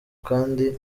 kandi